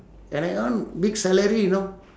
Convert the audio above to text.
and that one big salary you know